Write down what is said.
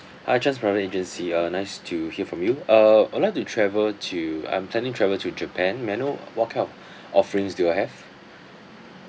hi chan's brother agency uh nice to hear from you uh I'd like to travel to I'm planning travel to japan may I know uh what kind of offerings do you all have